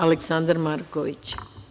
Aleksandar Marković.